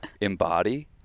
embody